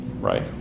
right